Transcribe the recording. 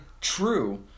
true